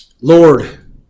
Lord